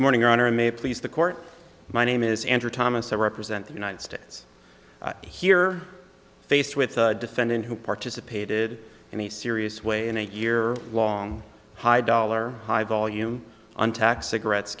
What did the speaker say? morning your honor may please the court my name is andrew thomas i represent the united states here faced with a defendant who participated in a serious way in a year long high dollar high volume on tax cigarette